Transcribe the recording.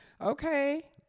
okay